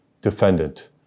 defendant